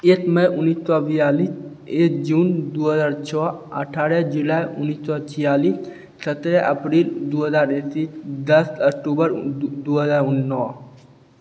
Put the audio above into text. एक मइ उनैस सओ बिआलिस एक जून दुइ हजार छओ अठारह जुलाइ उनैस सओ छिआलिस सतरह अप्रैल दुइ हजार एकैस दस अक्टूबर दुइ दुइ हजार नओ